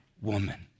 woman